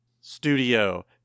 studio